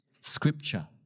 Scripture